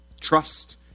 trust